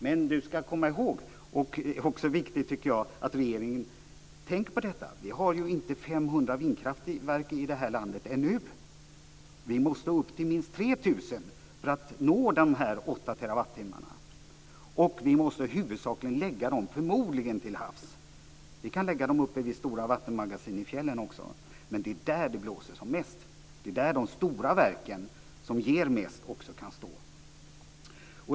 Men man ska komma ihåg, vilket är viktigt att regeringen tänker på, att vi inte har 500 vindkraftverk i det här landet ännu. Vi måste upp till minst 3 000 för att nå dessa 8 terawattimmar, och vi måste förmodligen huvudsakligen lägga dem till havs. Vi kan lägga dem uppe vid stora vattenmagasin i fjällen också, men det är i havet det blåser som mest, och det är där som de stora verken som ger mest också kan stå.